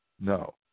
No